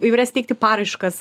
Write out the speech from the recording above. įvairias teikti paraiškas